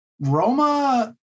Roma